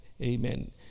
amen